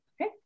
Okay